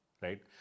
right